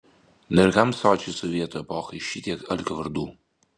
na ir kam sočiai sovietų epochai šitiek alkio vardų